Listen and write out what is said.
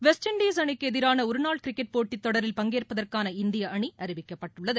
west Indies அணிக்கு எதிரான ஒரு நாள் கிரிக்கெட் போட்டி தொடரில் பங்கேற்பதற்கான இந்திய அணி அறிவிக்கப்பட்டுள்ளது